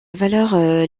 valeur